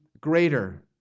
greater